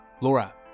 Laura